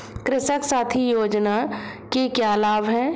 कृषक साथी योजना के क्या लाभ हैं?